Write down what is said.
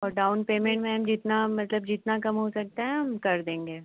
और down payment ma'am जितना मतलब जितना कम हो सकता है हम कर देंगे